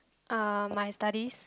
uh my studies